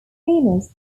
venus